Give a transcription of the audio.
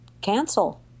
cancel